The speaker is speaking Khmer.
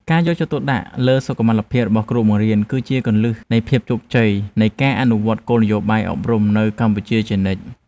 ការយកចិត្តទុកដាក់លើសុខុមាលភាពរបស់គ្រូបង្រៀនគឺជាគន្លឹះនៃភាពជោគជ័យនៃការអនុវត្តគោលនយោបាយអប់រំនៅកម្ពុជាជានិច្ច។